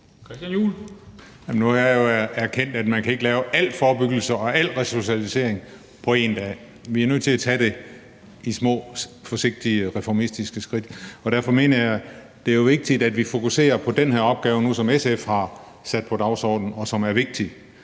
Christian Juhl (EL): Nu har jeg jo erkendt, at man ikke kan lave al forebyggelse og al resocialisering på en dag. Vi er nødt til at tage det med små forsigtige reformistiske skridt. Derfor mener jeg, at det jo er vigtigt, at vi fokuserer på den her opgave nu, som SF har sat på dagsordenen, og som er vigtig.